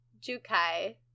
Jukai